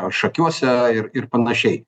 ar šakiuose ir ir panašiai